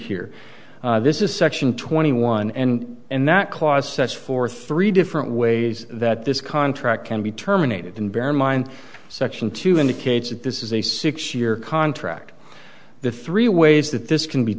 here this is section twenty one and and that clause sets forth three different ways that this contract can be terminated and bear in mind section two indicates that this is a six year contract the three ways that this can be